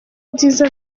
byiza